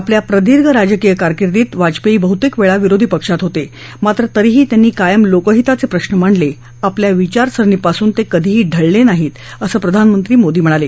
आपल्या प्रदीर्घ राजकीय कारकिर्दीत वाजपेयी बहुतेक वेळ विरोधी पक्षात होते मात्र तरीही त्यांनी कायम लोकहिताचे प्रश्न मांडले आपल्या विचारसरणीपासून ते कधीही ढळले नाहीत असं प्रधानमंत्री मोदी म्हणाले